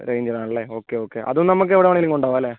range വേണമല്ലേ okay okay അതും നമുക്കെവിടെ വേണമെങ്കിലും കൊണ്ടുപോകാം അല്ലേ